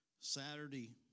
Saturday